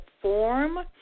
form